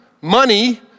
money